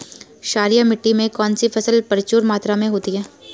क्षारीय मिट्टी में कौन सी फसल प्रचुर मात्रा में होती है?